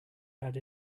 had